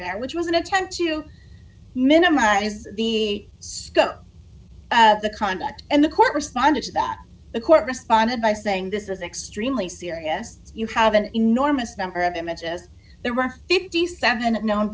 there which was an attempt to minimize the scope of the conduct and the court responded to that the court responded by saying this is extremely serious you have an enormous number of images there are fifty seven known